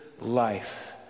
life